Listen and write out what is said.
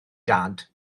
dad